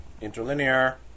interlinear